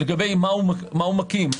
לגבי מה הוא מקים,